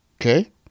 okay